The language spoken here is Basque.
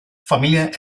familia